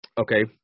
Okay